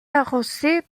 arrosée